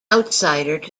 outsider